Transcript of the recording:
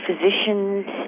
physicians